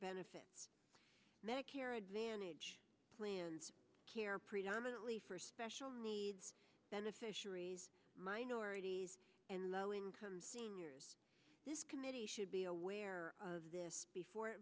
benefits medicare advantage plans care predominantly for special needs beneficiaries minorities and low income seniors this committee should be aware of this before